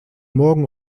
morgen